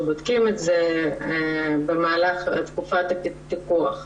ובודקים את זה במהלך תקופת הפיקוח.